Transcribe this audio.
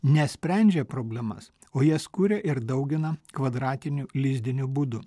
ne sprendžia problemas o jas kuria ir daugina kvadratiniu lizdiniu būdu